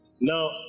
Now